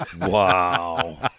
Wow